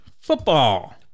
football